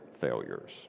failures